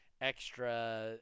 Extra